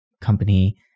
company